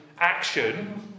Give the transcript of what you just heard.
action